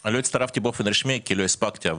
אני לא הצטרפתי באופן רשמי כי לא הספקתי.